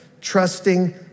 trusting